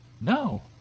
No